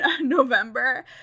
November